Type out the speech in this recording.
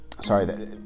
Sorry